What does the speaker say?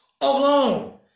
alone